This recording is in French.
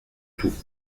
tout